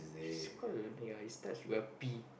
sucker ya it starts with a B